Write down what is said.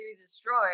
destroyed